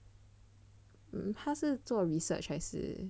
他是做 research 还是